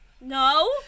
No